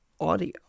audio